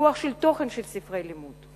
והפיקוח על התוכן של ספרי הלימוד.